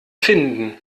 finden